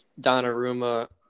Donnarumma